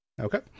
Okay